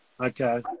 Okay